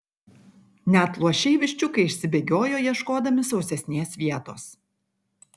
net luošiai viščiukai išsibėgiojo ieškodami sausesnės vietos